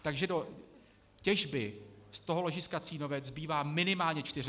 Takže do těžby z toho ložiska Cínovec zbývá minimálně čtyři roky.